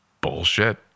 bullshit